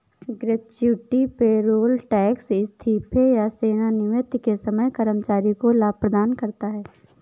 gratuity payroll tax इस्तीफे या सेवानिवृत्ति के समय कर्मचारी को लाभ प्रदान करता है